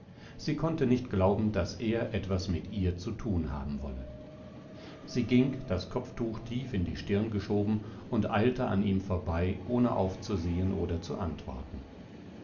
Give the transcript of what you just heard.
sie konnte nicht glauben daß er etwas mit ihr zu tun haben wolle sie ging das kopftuch tief in die stirn geschoben und eilte an ihm vorbei ohne aufzusehen oder zu antworten